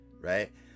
right